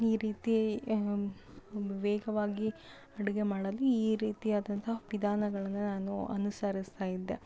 ಈ ರೀತಿ ವೇಗವಾಗಿ ಅಡುಗೆ ಮಾಡಲು ಈ ರೀತಿಯಾದಂಥ ವಿಧಾನಗಳನ್ನ ನಾನು ಅನುಸರಿಸ್ತಾ ಇದ್ದೆ